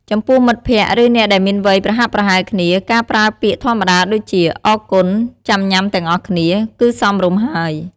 ចំពោះមិត្តភក្តិ ឬអ្នកដែលមានវ័យប្រហាក់ប្រហែលគ្នា ការប្រើពាក្យធម្មតាដូចជា "អរគុណ ចាំញ៉ាំទាំងអស់គ្នា" គឺសមរម្យហើយ។